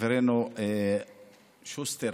חברנו שוסטר,